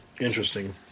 Interesting